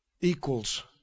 Equals